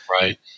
Right